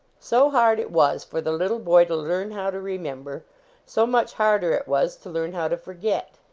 so hard it was for the little boy to learn how to remember so much harder it was to learn how to forget.